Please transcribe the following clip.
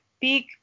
big